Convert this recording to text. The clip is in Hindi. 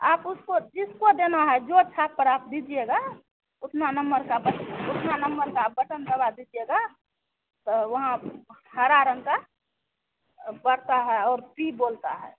आप उसको जिसको देना है जो छाप पर आप दीजिएगा उतना नंबर का बटन उतना नंबर का आप बटन दबा दीजिएगा तो वहाँ हरे रंग का पड़ता है और पी बोलता है